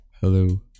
Hello